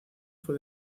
fue